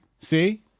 see